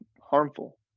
harmful